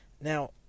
Now